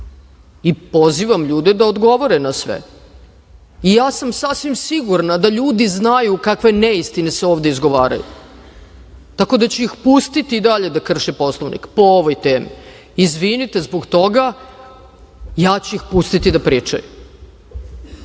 i pozivam ljude da odgovore na sve. Ja sam sasvim sigurna da ljudi znaju kakve neistine se ovde izgovaraju, tako da ću ih pustiti i dalje da krše Poslovnik po ovoj temi. Izvinite zbog toga. Ja ću ih pustiti da pričaju